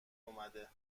اومده